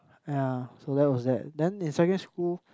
ya so there was that then in secondary school